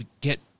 get